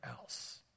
else